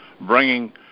bringing